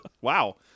Wow